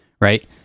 right